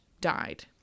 died